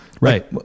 Right